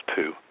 two